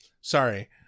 Sorry